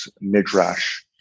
midrash